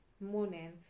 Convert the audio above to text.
morning